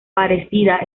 parecida